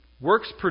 Works